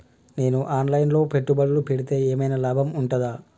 నేను online లో పెట్టుబడులు పెడితే ఏమైనా లాభం ఉంటదా?